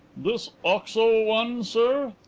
this oxo one, sir?